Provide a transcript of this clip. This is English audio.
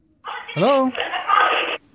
Hello